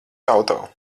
auto